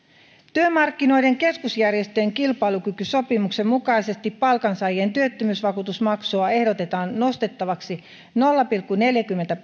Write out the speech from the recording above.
työmarkkinoiden keskusjärjestöjen kilpailukykysopimuksen mukaisesti palkansaajien työttömyysvakuutusmaksua ehdotetaan nostettavaksi nolla pilkku neljäkymmentä